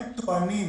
הם טוענים